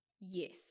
yes